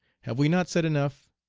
have we not said enough?